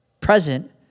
present